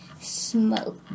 smoke